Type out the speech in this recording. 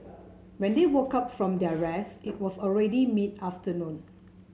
when they woke up from their rest it was already mid afternoon